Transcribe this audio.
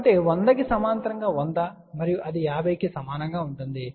కాబట్టి 100 కి సమాంతరంగా 100 మరియు అది 50 Ω కు సమానంగా ఉంటుంది